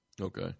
Okay